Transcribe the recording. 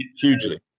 hugely